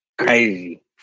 crazy